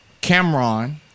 Cameron